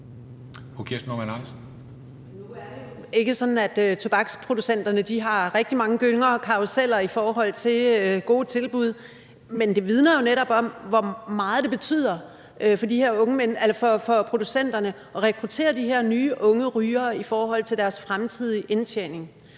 Nu er det jo ikke sådan, at tobaksproducenterne har rigtig mange gynger og karruseller i forhold til gode tilbud, men det vidner jo netop om, hvor meget det betyder for producenterne at rekruttere de her nye unge rygere i forhold til deres fremtidige indtjening.